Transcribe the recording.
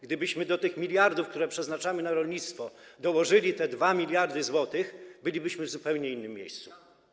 Gdybyśmy do tych miliardów, które przeznaczamy na rolnictwo, dołożyli te 2 mld zł, bylibyśmy w zupełnie innym miejscu.